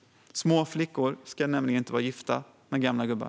Små flickor ska nämligen inte vara gifta med gamla gubbar.